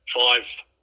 Five